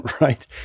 right